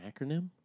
acronym